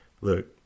look